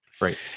Right